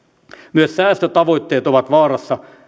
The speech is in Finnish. myös säästötavoitteet ovat vaarassa